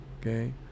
okay